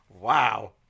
Wow